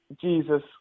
Jesus